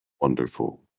Wonderful